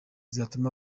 zatuma